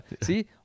See